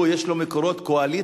הוא יש לו מקורות קואליציה.